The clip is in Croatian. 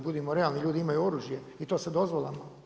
Budimo realni, ljudi imaju oružje i to sa dozvolama.